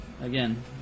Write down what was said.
again